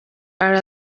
are